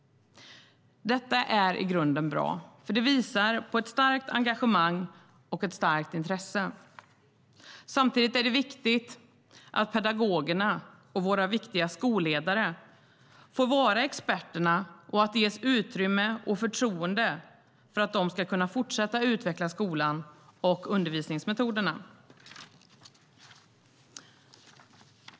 Detta är i grunden bra. Det visar på ett starkt engagemang och ett starkt intresse. Samtidigt är det viktigt att pedagogerna och våra viktiga skolledare får vara experterna och att det ges utrymme och förtroende för att de ska kunna fortsätta att utveckla skolan och undervisningsmetoderna.